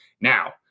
Now